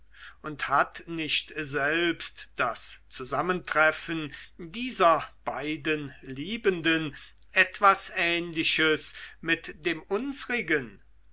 und hat nicht selbst das zusammentreffen dieser beiden liebenden etwas ähnliches mit dem unsrigen